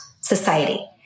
society